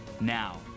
Now